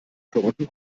karotten